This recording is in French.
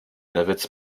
navettes